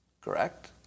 correct